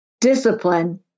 discipline